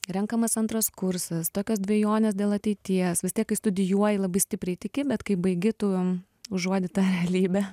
renkamas antras kursas tokios dvejonės dėl ateities vis tiek kai studijuoji labai stipriai tiki bet kai baigi tu užuodi tą realybę